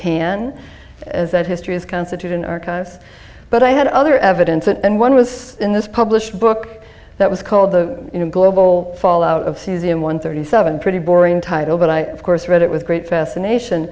can as that history is constitute an archive but i had other evidence and one was in this published book that was called the global fallout of cesium one thirty seven pretty boring title but i course read it with great fascination